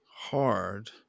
hard